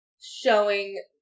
showing